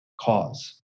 cause